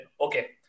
okay